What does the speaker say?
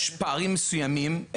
יש פערים מסוימים,